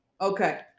Okay